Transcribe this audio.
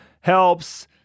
Helps